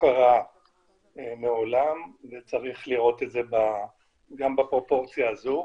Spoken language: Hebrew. קרה מעולם וצריך לראות את זה גם בפרופורציה הזו.